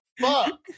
fuck